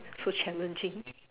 so challenging